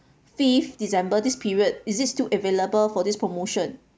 fifth december this period is this still available for this promotion